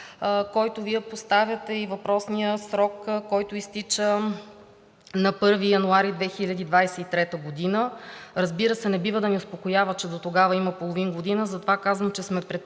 който Вие поставяте, и въпросния срок, който изтича на 1 януари 2023 г. Разбира се, не бива да ни успокоява, че дотогава има половин година, затова казвам, че сме предприели